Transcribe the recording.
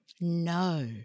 No